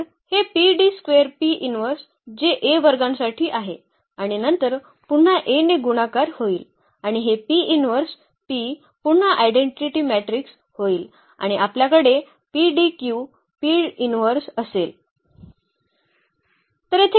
तर हे जे A वर्गांसाठी आहे आणि नंतर पुन्हा A ने गुणाकार होईल आणि हे P इन्व्हर्स P पुन्हा आयडेंटिटी मॅट्रिक्स होईल आणि आपल्याकडे PDQ P इन्व्हर्स असेल